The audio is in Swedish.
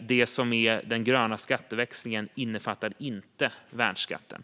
Det som är den gröna skatteväxlingen innefattar inte värnskatten.